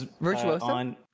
virtuoso